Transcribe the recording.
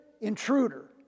intruder